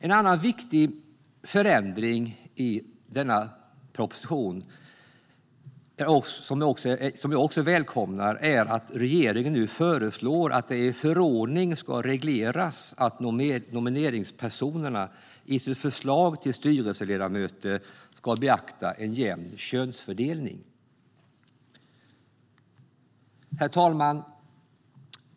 En annan viktig förändring som tas upp i denna proposition som vi också välkomnar är att regeringen nu föreslår att det i förordning ska regleras att nomineringspersonerna i sitt förslag till styrelseledamöter ska beakta en jämn könsfördelning. Herr talman!